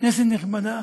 כנסת נכבדה,